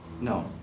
No